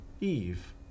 Eve